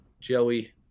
joey